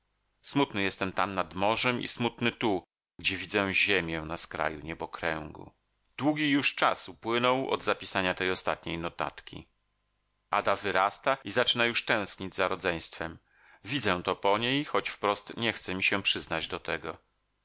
smutny jestem tam nad morzem i smutny tu gdzie widzę ziemię na skraju niebokręgu długi już czas upłynął od zapisania tej ostatniej notatki ada wyrasta i zaczyna już tęsknić za rodzeństwem widzę to po niej choć wprost nie chce się przyznać do tego